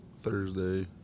Thursday